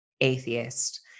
atheist